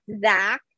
Zach